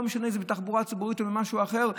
לא משנה אם זה בתחבורה ציבורית או במשהו אחר,